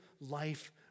life